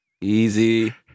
Easy